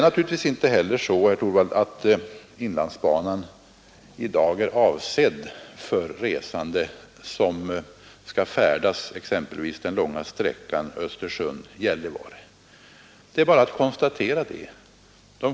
Naturligtvis är det inte heller så, herr Torwald, att inlandsbanan i dag i första hand är avsedd för resande som skall färdas exempelvis den långa sträckan Östersund—Gällivare. Det är bara att konstatera den saken.